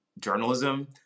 journalism